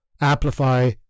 amplify